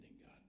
God